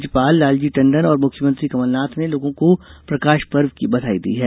राज्यपाल लालजी टंडन और मुख्यमंत्री कमलनाथ ने लोगों को प्रकाशपर्व की बधाई दी है